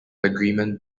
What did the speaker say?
agreement